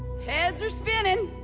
heads are spinning.